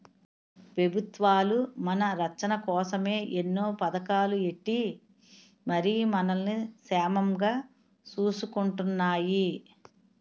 పెబుత్వాలు మన రచ్చన కోసమే ఎన్నో పదకాలు ఎట్టి మరి మనల్ని సేమంగా సూసుకుంటున్నాయి